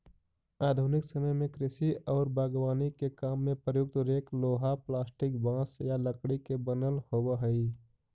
आधुनिक समय में कृषि औउर बागवानी के काम में प्रयुक्त रेक लोहा, प्लास्टिक, बाँस या लकड़ी के बनल होबऽ हई